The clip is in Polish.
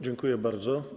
Dziękuję bardzo.